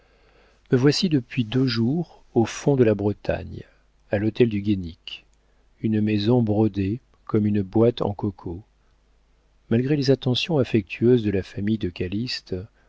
me voici depuis deux jours au fond de la bretagne à l'hôtel du guénic une maison brodée comme une boîte en coco malgré les attentions affectueuses de la famille de calyste